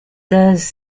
does